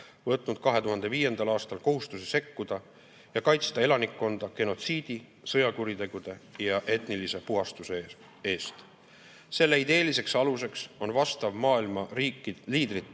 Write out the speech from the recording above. võtnud 2005. aastal kohustuse sekkuda ja kaitsta elanikkonda genotsiidi, sõjakuritegude ja etnilise puhastuse eest. Selle ideeliseks aluseks on vastav maailma riikide liidrite